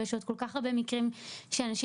ויש עוד כל כך הרבה מקרים של אנשים